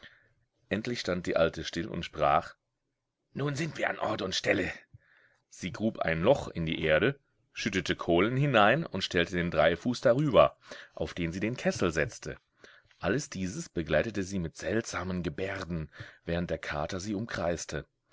endlich stand die alte still und sprach nun sind wir an ort und stelle sie grub ein loch in die erde schüttete kohlen hinein und stellte den dreifuß darüber auf den sie den kessel setzte alles dieses begleitete sie mit seltsamen gebärden während der kater sie umkreiste